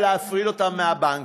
ולהפריד אותן מהבנקים.